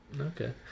Okay